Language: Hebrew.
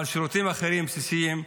אבל שירותים אחרים בסיסיים,